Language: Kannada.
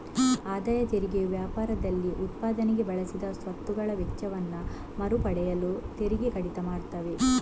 ಆದಾಯ ತೆರಿಗೆಯು ವ್ಯಾಪಾರದಲ್ಲಿ ಉತ್ಪಾದನೆಗೆ ಬಳಸಿದ ಸ್ವತ್ತುಗಳ ವೆಚ್ಚವನ್ನ ಮರು ಪಡೆಯಲು ತೆರಿಗೆ ಕಡಿತ ಮಾಡ್ತವೆ